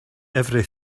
every